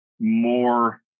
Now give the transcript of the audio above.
more